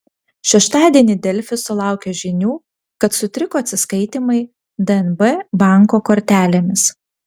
šeštadienį delfi sulaukė žinių kad sutriko atsiskaitymai dnb banko kortelėmis